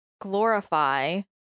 glorify